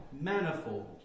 Manifold